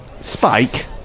Spike